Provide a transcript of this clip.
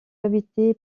habité